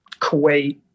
Kuwait